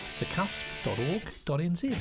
thecusp.org.nz